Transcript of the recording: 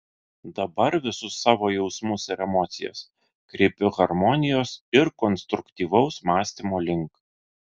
dabar visus savo jausmus ir emocijas kreipiu harmonijos ir konstruktyvaus mąstymo link